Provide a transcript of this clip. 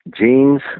jeans